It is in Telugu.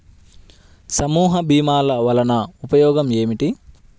సమూహ భీమాల వలన ఉపయోగం ఏమిటీ?